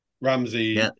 Ramsey